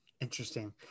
Interesting